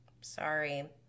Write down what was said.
Sorry